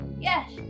Yes